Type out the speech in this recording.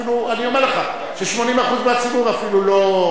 אני אומר לך ש-80% מהציבור אפילו לא,